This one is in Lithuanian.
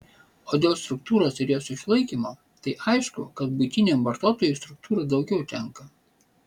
o dėl struktūros ir jos išlaikymo tai aišku kad buitiniam vartotojui struktūrų daugiau tenka